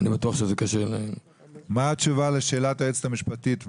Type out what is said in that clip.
מה התשובה לשאלת היועצת המשפטית?